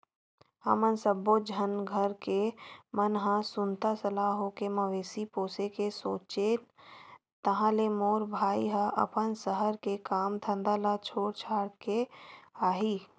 हमन सब्बो झन घर के मन ह सुनता सलाह होके मवेशी पोसे के सोचेन ताहले मोर भाई ह अपन सहर के काम धंधा ल छोड़ छाड़ के आही